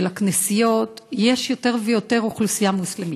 הכנסיות יש יותר ויותר אוכלוסייה מוסלמית.